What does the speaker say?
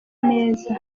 meza